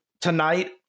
tonight